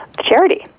charity